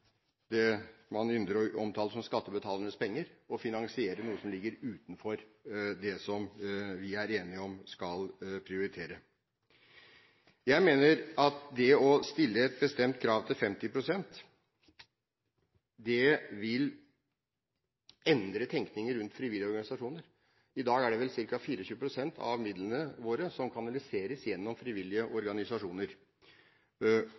det man ynder å omtale som skattebetalernes penger, å finansiere noe som ligger utenfor det som vi er enige om skal prioriteres. Jeg mener at det å stille et bestemt krav til 50 pst. vil endre tenkningen rundt frivillige organisasjoner. I dag er det vel ca. 24 pst. av midlene våre som kanaliseres gjennom frivillige